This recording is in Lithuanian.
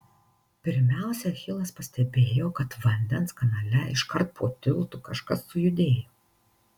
pirmiausia achilas pastebėjo kad vandens kanale iškart po tiltu kažkas sujudėjo